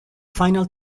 final